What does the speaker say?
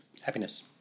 happiness